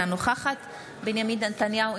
אינה נוכח בנימין נתניהו,